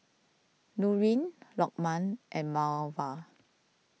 Nurin Lokman and Mawar